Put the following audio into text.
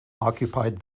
occupied